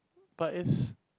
but it's